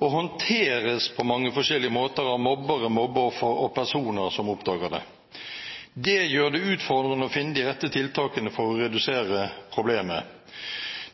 og håndteres på mange forskjellige måter av mobbere, mobbeoffer og personer som oppdager det. Det gjør det utfordrende å finne de rette tiltakene for å redusere problemet.